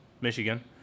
Michigan